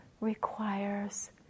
requires